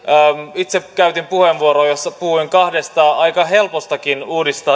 itse käytin puheenvuoron jossa puhuin kahdesta aika helpostakin